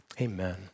Amen